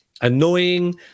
annoying